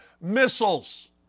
missiles